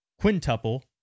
quintuple